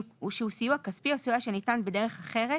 שהוא סיוע כספי או סיוע שניתן בדרך אחרת